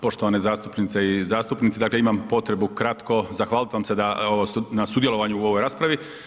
Poštovane zastupnice i zastupnici dakle imam potrebu kratko zahvalit vam se da ovo, na sudjelovanju u ovoj raspravi.